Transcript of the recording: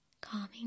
Calming